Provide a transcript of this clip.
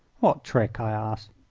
what trick? i asked.